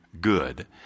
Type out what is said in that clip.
good